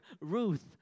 Ruth